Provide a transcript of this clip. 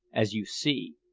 as you see.